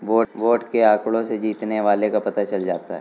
vote के आंकड़ों से जीतने वाले का पता चल जाता है